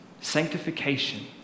Sanctification